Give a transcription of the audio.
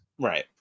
Right